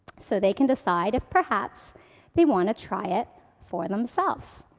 so they can decide if perhaps they want to try it for themselves.